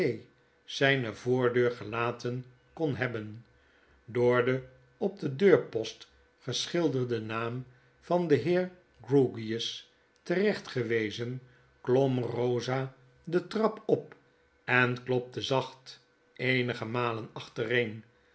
zijne voordeur gelaten kon hebben door den op de deurpost geschilderden naam van den heer grewgious terechtgewezen klom rosa de trap op en klopte zacht eenige malen achtereen